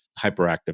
hyperactive